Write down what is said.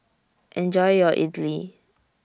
Enjoy your Idly